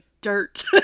dirt